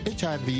HIV